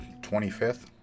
25th